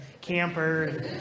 camper